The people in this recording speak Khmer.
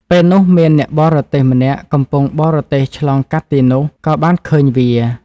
ពេលនោះមានអ្នកបរទេះម្នាក់កំពុងបរទេះឆ្លងកាត់ទីនោះ ក៏បានឃើញវា។